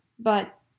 But